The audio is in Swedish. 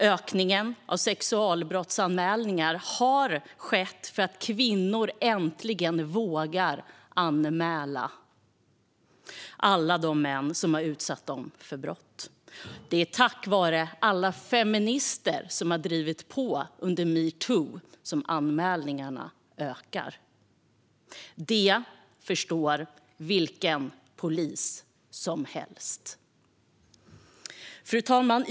Ökningen av sexualbrottsanmälningar beror på att kvinnor äntligen våga anmäla alla de män som utsatt dem för brott. Det är tack vare alla feminister som har drivit på under metoo som anmälningarna ökar. Det förstår vilken polis som helst. Fru talman!